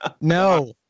no